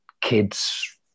kids